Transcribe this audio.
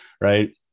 right